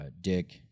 Dick